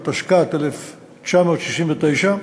התשכ"ט 1969,